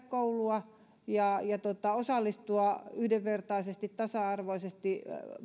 koulua ja osallistua yhdenvertaisesti tasa arvoisesti